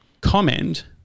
comment